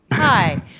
hi.